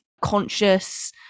conscious